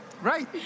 Right